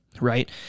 Right